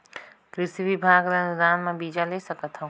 कृषि विभाग ले अनुदान म बीजा ले सकथव का?